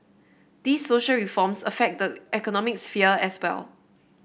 these social reforms affect the economic sphere as well